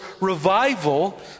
revival